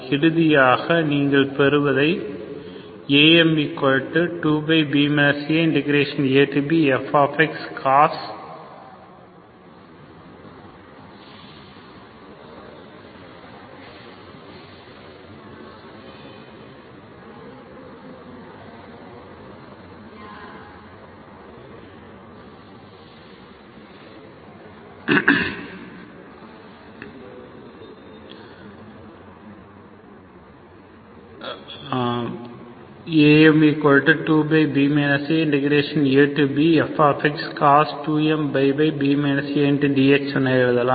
இறுதியாக நீங்கள் பெறுவதை am2b aabfcos2mπb adx என எழுதலாம்